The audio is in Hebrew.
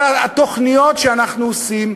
אבל התוכניות שאנחנו עושים,